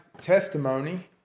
testimony